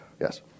Yes